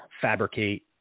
fabricate